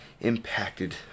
impacted